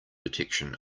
detection